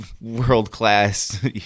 world-class